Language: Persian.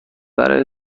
برای